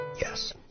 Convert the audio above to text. yes